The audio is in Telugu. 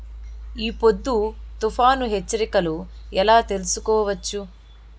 ఈ పొద్దు తుఫాను హెచ్చరికలు ఎలా తెలుసుకోవచ్చు?